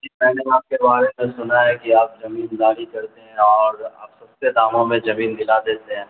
جی میں نے آپ کے بارے میں سنا ہے کہ آپ زمین داری کرتے ہیں اور آپ سستے داموں میں زمین دلا دیتے ہیں